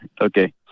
okay